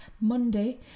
monday